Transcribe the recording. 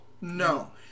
no